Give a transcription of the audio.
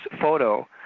photo